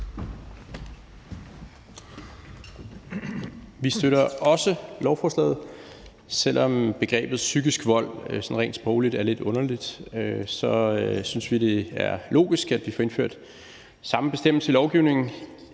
Vi støtter også lovforslaget. Selv om begrebet psykisk vold sådan rent sprogligt er lidt underligt, synes vi, det er logisk, at vi får indført samme bestemmelse, som allerede